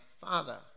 father